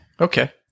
Okay